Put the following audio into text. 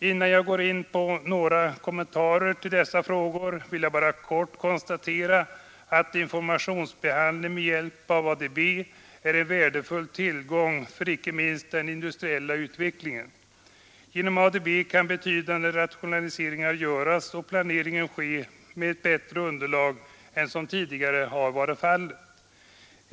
Innan jag går in på några kommentarer till dessa frågor vill jag bara helt kort konstatera att informationsbehandling med hjälp av ADB är en värdefull tillgång för inte minst den industriella utvecklingen. Genom ADB kan betydande rationaliseringar göras och planeringen ske med ett bättre underlag än som tidigare varit fallet.